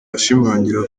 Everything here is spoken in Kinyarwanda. ashimangira